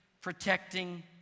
protecting